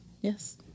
Yes